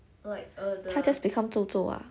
它 just become 皱皱 ah